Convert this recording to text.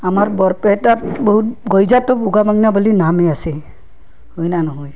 আমাৰ বৰপেটাত বহুত গইজাতো বগা বাংনা বুলি নামে আছে হৈ না নহয়